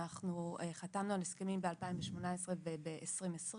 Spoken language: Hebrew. חתמנו על הסכמים ב-2018 וב-2020,